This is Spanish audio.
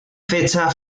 fecha